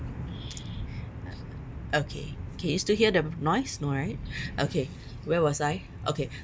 okay can you still hear the noise no right okay where was I okay